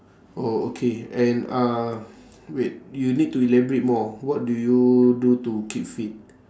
oh okay and uh wait you need to elaborate more what do you do to keep fit